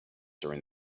during